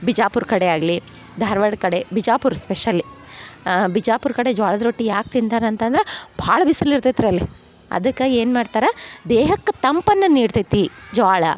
ಬಿಜಾಪುರ ಕಡೆ ಆಗಲಿ ಧಾರವಾಡ ಕಡೆ ಬಿಜಾಪುರ ಸ್ಪೆಷಲಿ ಬಿಜಾಪುರ ಕಡೆ ಜ್ವಾಳದ ರೊಟ್ಟಿ ಯಾಕೆ ತಿಂತಾರೆ ಅಂತಂದ್ರ ಭಾಳ ಬಿಸಿಲು ಇರ್ತೈತೆ ರೀ ಅಲ್ಲಿ ಅದಕ್ಕೆ ಏನು ಮಾಡ್ತಾರೆ ದೇಹಕ್ಕೆ ತಂಪನ್ನ ನೀಡ್ತೈತಿ ಜ್ವಾಳ